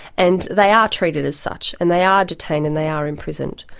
and they are treated as such and they are detained and they are imprisoned.